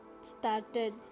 started